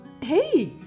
hey